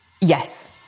Yes